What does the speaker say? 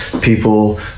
people